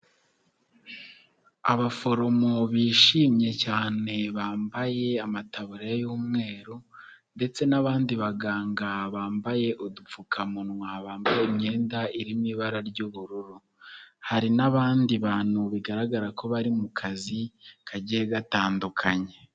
Abaforomo bishimye cyane, bambaye amataburiya y'umweru ndetse n'abandi baganga bambaye udupfukamunwa, bambaye imyenda iri mu ibara ry'ubururu. Hari n'abandi bantu bigaragara ko bari mu kazi kagiye gatandukanye.